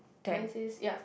mine says ya